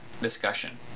discussion